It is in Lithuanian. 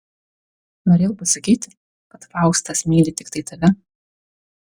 norėjau pasakyti kad faustas myli tiktai tave